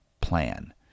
plan